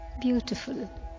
beautiful